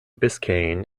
biscayne